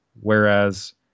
whereas